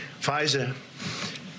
Pfizer